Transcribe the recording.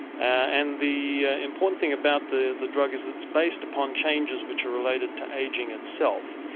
and the important thing about the the drug is that it's based upon changes which are related to ageing itself.